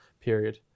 period